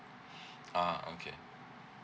ah okay